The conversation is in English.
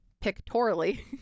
pictorially